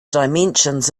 dimensions